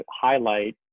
highlight